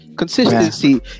consistency